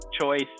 choice